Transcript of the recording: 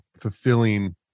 fulfilling